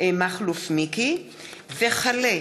מכלוף מיקי זוהר,